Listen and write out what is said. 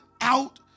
out